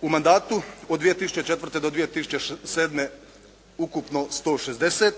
U mandatu od 2004. do 2007. ukupno 160,